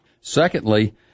Secondly